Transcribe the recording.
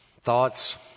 thoughts